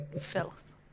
filth